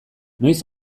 noiz